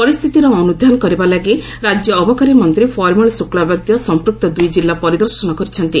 ପରିସ୍ଥିତିର ଅନୁଧ୍ୟାନ କରିବା ଲାଗି ରାଜ୍ୟ ଅବକାରୀ ମନ୍ତ୍ରୀ ପରିମଳ ଶୁକ୍ଲାବୈଦ୍ୟ ସଂପୃକ୍ତ ଦୁଇ ଜିଲ୍ଲା ପରିଦର୍ଶନ କରିଛନ୍ତି